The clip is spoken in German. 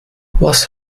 was